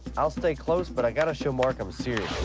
i'll stay close, but i got to show marc i'm serious.